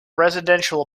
residential